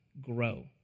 grow